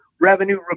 revenue